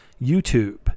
YouTube